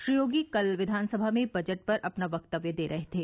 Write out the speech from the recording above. श्री योगी कल विधानसभा में बजट पर अपना वक्तव्य दे रहे थे